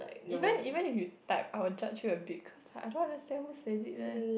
even even if you type I will judge you a bit cause I don't understand who say it leh